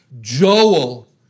Joel